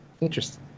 interesting